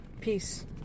peace